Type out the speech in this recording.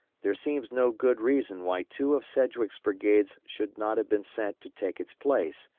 there seems no good reason why two of sedgwick's brigades should not have been sent to take its place,